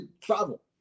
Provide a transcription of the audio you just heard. travel